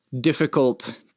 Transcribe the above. Difficult